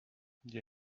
you